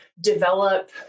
develop